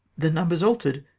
the numbers alter'd!